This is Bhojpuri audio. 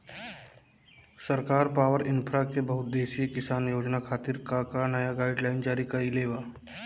सरकार पॉवरइन्फ्रा के बहुउद्देश्यीय किसान योजना खातिर का का नया गाइडलाइन जारी कइले बा?